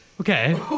Okay